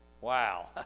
Wow